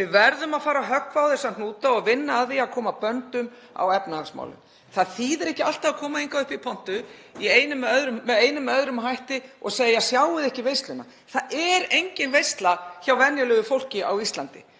Við verðum að fara að höggva á þessa hnúta og vinna að því að koma böndum á efnahagsmálin. Það þýðir ekki alltaf að koma hingað upp í pontu með einum eða öðrum hætti og segja: Sjáið þið ekki veisluna? Það er engin veisla hjá venjulegu fólki á Íslandi.